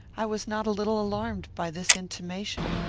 i was not a little alarmed by this intimation.